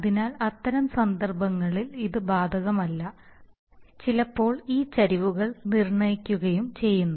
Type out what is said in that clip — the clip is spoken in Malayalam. അതിനാൽ അത്തരം സന്ദർഭങ്ങളിൽ ഇത് ബാധകമല്ല ചിലപ്പോൾ ഈ ചരിവുകൾ നിർണ്ണയിക്കുകയും ചെയ്യുന്നു